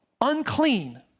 unclean